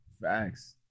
Facts